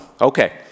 Okay